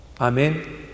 Amen